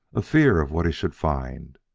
a fear of what he should find!